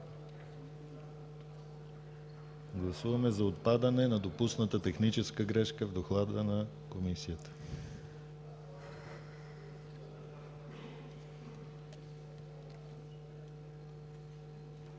Гласуваме за отпадане на допусната техническа грешка в доклада на Комисията.